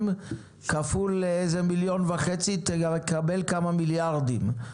כפול מיליון וחצי ותקבל כמה מיליארדים.